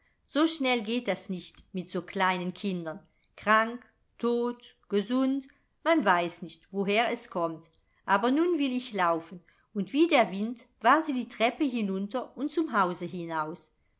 so schnell geht das nicht mit so kleinen kindern krank tot gesund man weiß nicht woher es kommt aber nun will ich laufen und wie der wind war sie die treppe hinunter und zum hause hinaus